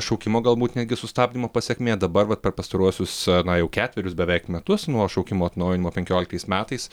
šaukimo galbūt netgi sustabdymo pasekmė dabar vat per pastaruosius na jau ketverius beveik metus nuo šaukimo atnaujinimo penkioliktais metais